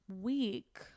week